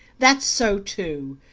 that's so too.